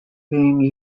being